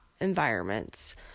environments